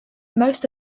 most